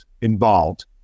involved